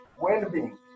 well-being